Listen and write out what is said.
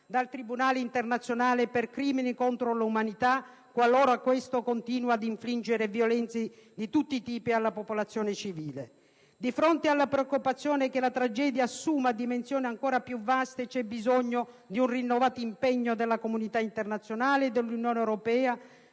dal tribunale internazionale per crimini contro l'umanità, qualora questo continui ad infliggere violenze di tutti i tipi alla popolazione civile. Di fronte alla preoccupazione che la tragedia assuma dimensioni ancora più vaste, c'è bisogno di un rinnovato impegno della comunità internazionale e dell'Unione europea